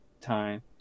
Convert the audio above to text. time